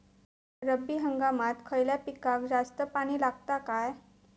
रब्बी हंगामात खयल्या पिकाक जास्त पाणी लागता काय?